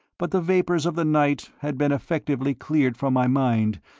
but the vapours of the night had been effectively cleared from my mind,